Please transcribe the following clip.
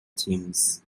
teams